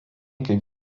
kaip